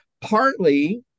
Partly